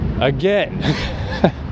Again